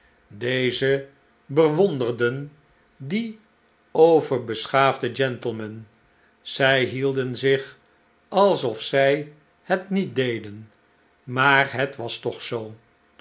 deze bewonderden die overbeschaafde gentlemen zij hidden zich alsof zij het niet deden maar het was toch zoo